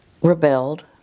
rebelled